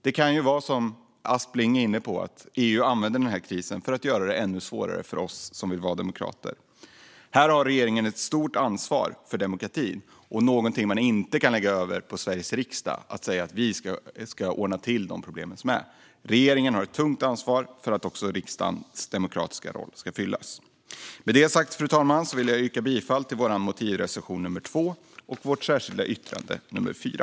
Det kan vara som Aspling är inne på, det vill säga att EU använder den här krisen för att göra det ännu svårare för oss som vill vara demokrater. Här har regeringen ett stort ansvar för demokratin. Man kan inte lägga över det på Sveriges riksdag och säga att vi ska ordna till de problem som finns, utan regeringen har ett tungt ansvar för att även riksdagens demokratiska roll ska fyllas. Med det sagt, fru talman, yrkar jag bifall till vår motivreservation nummer 2 och till vårt särskilda yttrande nummer 4.